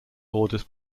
orders